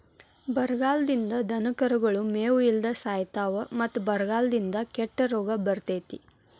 ಬರಗಾಲದಿಂದ ದನಕರುಗಳು ಮೇವು ಇಲ್ಲದ ಸಾಯಿತಾವ ಮತ್ತ ಬರಗಾಲದಿಂದ ಕೆಟ್ಟ ರೋಗ ಬರ್ತೈತಿ